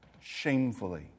shamefully